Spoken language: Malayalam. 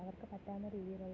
അവര്ക്കു പറ്റാവുന്ന രീതിയിലുള്ള